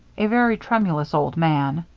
a very tremulous old man,